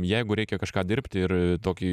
jeigu reikia kažką dirbti ir tokį